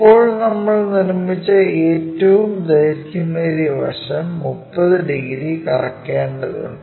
ഇപ്പോൾ നമ്മൾ നിർമ്മിച്ച ഈ ഏറ്റവും ദൈർഘ്യമേറിയ വശം 30 ഡിഗ്രി കറക്കേണ്ടതുണ്ട്